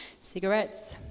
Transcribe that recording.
Cigarettes